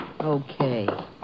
Okay